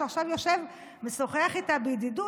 שעכשיו יושב ומשוחח איתה בידידות,